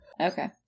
Okay